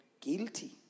guilty